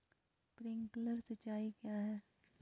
Sprinkler सिंचाई क्या है?